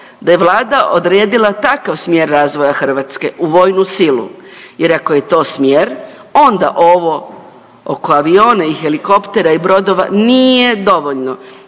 da je vlada odredila takav smjer razvoja Hrvatske u vojnu silu jer ako je to smjer onda ovo oko aviona i helikoptera i brodova nije dovoljno,